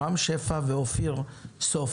חה"כ רם שפע, וחה"כ אופיר סופר.